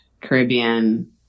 Caribbean